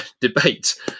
debate